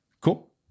cool